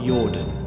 Jordan